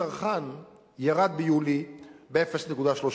המחירים לצרכן ירד מיולי ב-0.3%.